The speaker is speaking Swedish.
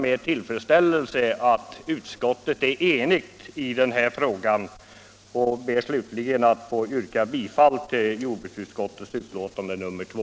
Med tillfredsställelse hälsar jag att utskottet är enigt i den här frågan, och jag ber slutligen att få yrka bifall till jordbruksutskottets hemställan i dess betänkande nr 2.